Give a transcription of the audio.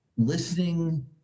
Listening